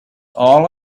all